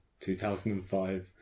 2005